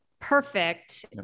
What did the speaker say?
perfect